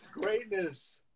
greatness